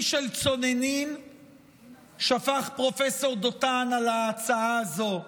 דלי של צוננים שפך פרופ' דותן על ההצעה הזו,